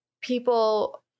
people